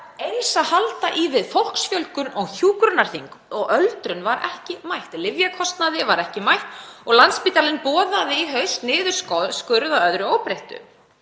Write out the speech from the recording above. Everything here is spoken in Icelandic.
eins að halda í við fólksfjölgun og hjúkrunarþyngd og öldrun var ekki mætt. Lyfjakostnaði var ekki mætt og Landspítalinn boðaði í haust niðurskurð að öðru óbreyttu.